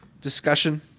discussion